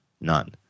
None